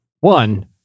one